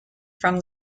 from